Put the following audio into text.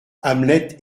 hamlet